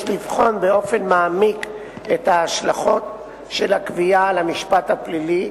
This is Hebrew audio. יש לבחון באופן מעמיק את ההשלכות של הקביעה על המשפט הפלילי,